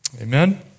Amen